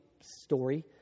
story